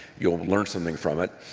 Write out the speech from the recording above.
you'll learn something from it,